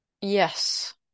Yes